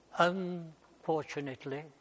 unfortunately